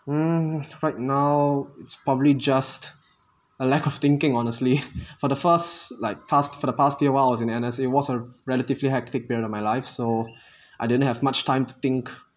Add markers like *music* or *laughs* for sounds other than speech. mm right now it's probably just a lack of thinking honestly *laughs* for the past like past for the past year when I was in N_S was a relatively hectic period of my life so *breath* I didn't have much time to think